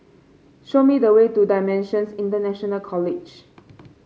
show me the way to Dimensions International College